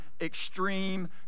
extreme